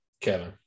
Kevin